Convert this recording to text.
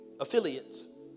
affiliates